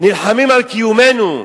נלחמים על קיומנו,